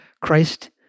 Christ